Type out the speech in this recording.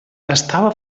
estava